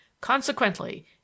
Consequently